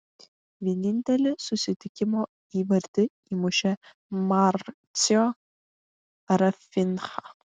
vienintelį susitikimo įvartį įmušė marcio rafinha